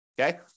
okay